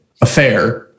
affair